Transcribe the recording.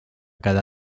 cada